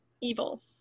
evil